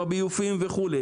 עם הביוב וכולי,